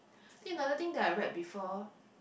think another thing that I read before